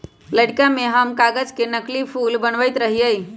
लइरका में हम कागज से नकली फूल बनबैत रहियइ